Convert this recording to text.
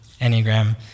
Enneagram